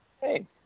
Hey